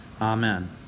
Amen